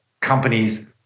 companies